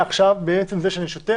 מעצם זה שהוא שוטר,